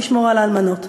הוא ישמור על האלמנות.